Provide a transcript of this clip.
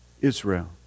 Israel